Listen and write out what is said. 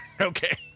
Okay